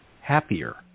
happier